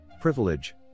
Privilege